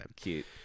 Cute